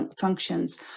functions